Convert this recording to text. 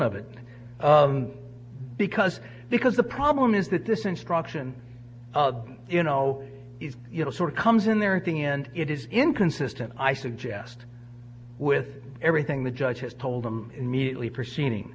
of it because because the problem is that this instruction you know is you know sort of comes in there at the end it is inconsistent i suggest with everything the judge has told them immediately preceding